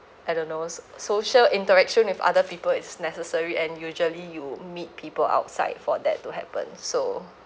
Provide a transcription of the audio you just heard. I don't know s~ social interaction with other people it's necessary and usually you meet people outside for that to happen so